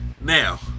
now